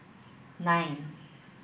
nine